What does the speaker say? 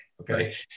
okay